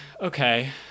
okay